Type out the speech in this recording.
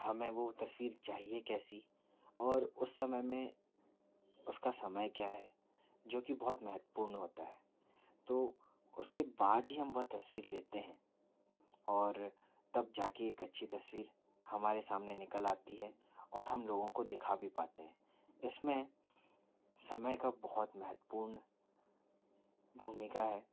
हमें वो तस्वीर चाहिए कैसी और उस समय में उसका समय क्या है जो कि बहुत महत्वपूर्ण होता है तो उसके बाद ही हम वह तस्वीर लेते हैं और तब जा के एक अच्छी तस्वीर हमारे सामने निकल आती है और हम लोगों को दिखा भी पाते हैं इसमें समय का बहुत महत्वपूर्ण भूमिका है